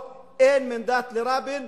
אין מנדט לרבין.